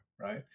right